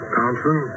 Thompson